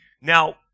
Now